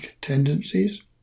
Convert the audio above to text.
tendencies